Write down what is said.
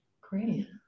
Great